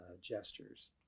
gestures